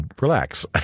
relax